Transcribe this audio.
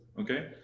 okay